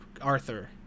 Arthur